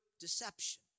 deception